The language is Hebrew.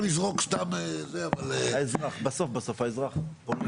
בסוף מי אחראי?